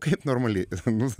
kaip normali